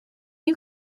you